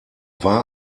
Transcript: war